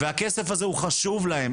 והכסף הזה הוא חשוב להן.